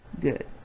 good